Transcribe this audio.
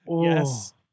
yes